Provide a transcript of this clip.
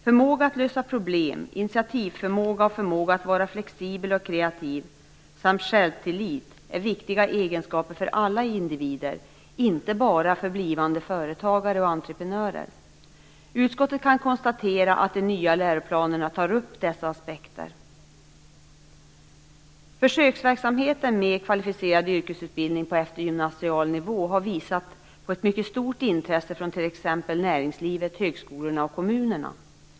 Förmåga att lösa problem, initiativförmåga och förmåga att vara flexibel och kreativ samt självtillit är viktiga egenskaper för alla individer, inte bara för blivande företagare och entreprenörer. Utskottet kan konstatera att de nya läroplanerna tar upp dessa aspekter. Försöksverksamheten med kvalificerad yrkesutbildning på eftergymnasial nivå har visat ett mycket stort intresse från t.ex. näringslivet, högskolorna och kommunerna.